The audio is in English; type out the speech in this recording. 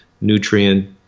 nutrient